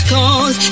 Cause